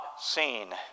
seen